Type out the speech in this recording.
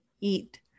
eat